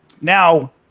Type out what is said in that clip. Now